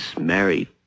married